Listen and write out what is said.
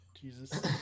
Jesus